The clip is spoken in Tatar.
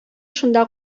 шунда